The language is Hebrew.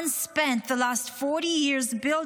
Iran spent the last forty years building